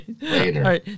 Later